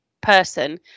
person